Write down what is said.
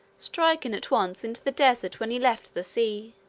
striking at once into the desert when he left the sea.